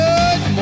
Good